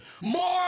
more